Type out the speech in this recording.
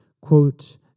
Quote